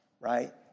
right